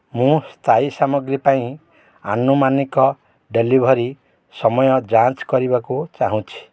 ମୁଁ ସ୍ଥାୟୀ ସାମଗ୍ରୀ ପାଇଁ ଆନୁମାନିକ ଡ଼େଲିଭରି ସମୟ ଯାଞ୍ଚ କରିବାକୁ ଚାହୁଁଛି